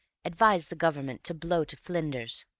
advised the government to blow to flinders.